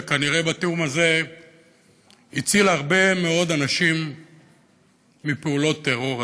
וכנראה בתיאום הזה הציל הרבה מאוד אנשים מפעולות טרור,